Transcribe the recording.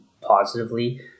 positively